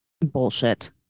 bullshit